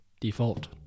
default